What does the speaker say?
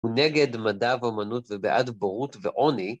הוא נגד מדע ואומנות ובעד בורות ועוני